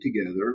together